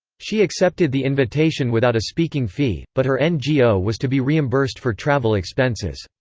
she accepted the invitation without a speaking fee, but her ngo was to be reimbursed for travel expenses.